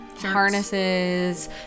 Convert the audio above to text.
harnesses